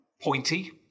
pointy